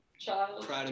child